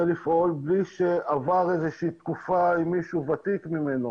לפעול בלי שעבר איזושהי תקופה עם מישהו ותיק ממנו